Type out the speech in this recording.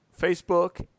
Facebook